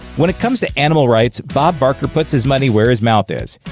when it comes to animal rights, bob barker puts his money where his mouth is.